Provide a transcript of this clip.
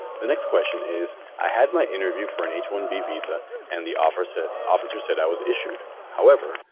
the next question is i had my interview for an h one b visa and the officer officer said i was issued. however,